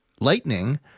Lightning